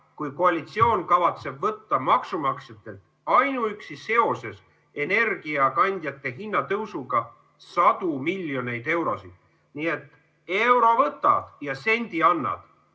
kui koalitsioon kavatseb võtta maksumaksjatelt ainuüksi seoses energiakandjate hinna tõusuga sadu miljoneid eurosid. Nii et euro võtad ja sendi annad.